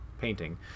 painting